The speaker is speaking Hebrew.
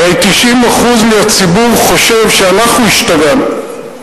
הרי 90% מהציבור חושב שאנחנו השתגענו,